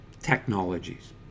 technologies